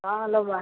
ହଁ